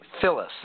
Phyllis